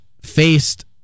faced